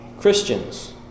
Christians